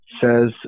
says